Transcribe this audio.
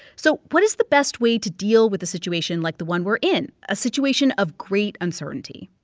so what is the best way to deal with a situation like the one we're in a situation of great uncertainty?